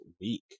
week